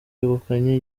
yegukanye